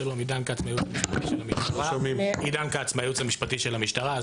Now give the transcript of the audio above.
שלום, אני מהייעוץ המשפטי של המשטרה.